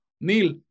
Neil